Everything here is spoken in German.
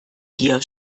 hier